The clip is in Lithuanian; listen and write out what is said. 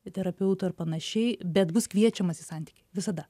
ir terapeutu ir panašiai bet bus kviečiamas į santykį visada